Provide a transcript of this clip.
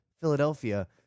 Philadelphia